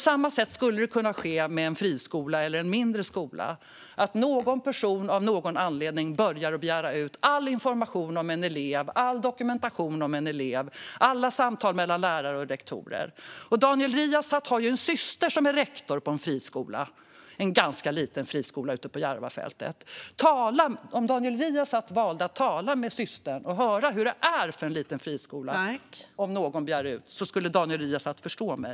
Samma sak skulle kunna ske för en friskola eller en mindre skola - att någon person av någon anledning börjar begära ut all information om en elev, all dokumentation om en elev och alla samtal mellan lärare och rektorer. Daniel Riazat har ju en syster som är rektor på en friskola - en ganska liten friskola ute på Järvafältet. Om Daniel Riazat frågade systern hur det skulle vara för en liten friskola om någon begärde ut uppgifter på detta sätt skulle Daniel Riazat förstå mig.